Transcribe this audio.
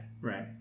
Right